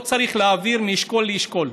לא צריך להעביר מאשכול לאשכול.